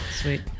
Sweet